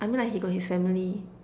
I mean like he got his family